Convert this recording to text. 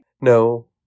No